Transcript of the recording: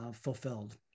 fulfilled